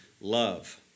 Love